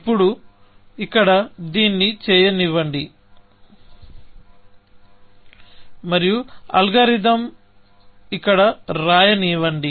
ఇప్పుడు ఇక్కడ దీన్ని చేయనివ్వండి మరియు అల్గోరిథం ఇక్కడ రాయనివ్వండి